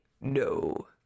No